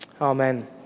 Amen